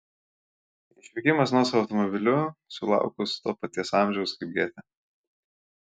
išvykimas nuosavu automobiliu sulaukus to paties amžiaus kaip gėtė